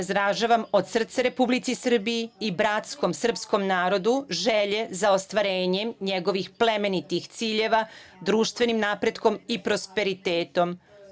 Izražavam od srca Republici Srbiji i bratskom srpskom narodu želje za ostvarenje njegovih plemenitih ciljeva, društvenim napretkom i prosperitetom.